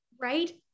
Right